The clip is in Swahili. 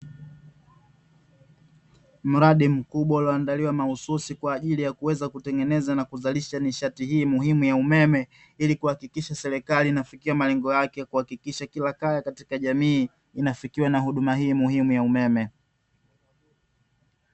Mradi mkubwa ulioandaliwa mahususi kwa ajili ya kuweza kutengeneza na kuzalisha nishati hii muhimu ya umeme, ili kuhakikisha serikali inafikia malengo yake kuhakikisha kila kaya katika jamii inafikiwa na huduma hii muhimu ya umeme.